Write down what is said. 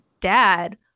dad